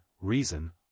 reason